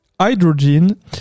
Hydrogen